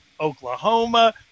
Oklahoma